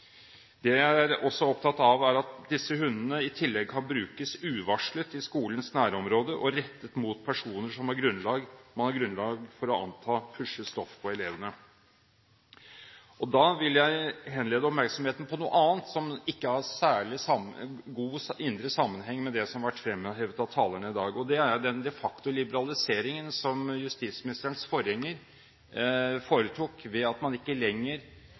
Det jeg også er opptatt av, er at disse hundene i tillegg kan brukes uvarslet i skolens nærområde, rettet mot personer som man har grunnlag for å anta pusher stoff på elevene. Så vil jeg henlede oppmerksomheten på noe annet, som har god indre sammenheng med det som har vært fremhevet av talerne i dag. Det er den de facto liberaliseringen som justisministerens forgjenger foretok, ved at man ikke lenger